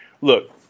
Look